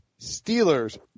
Steelers